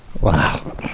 Wow